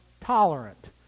tolerant